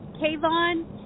Kayvon –